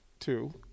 two